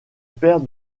père